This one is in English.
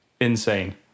insane